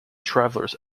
travellers